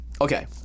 Okay